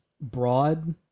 broad